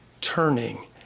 turning